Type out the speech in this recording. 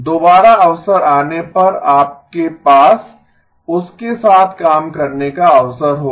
दोबारा अवसर आने पर आपके पास उसके साथ काम करने का अवसर होगा